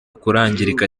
kurangirika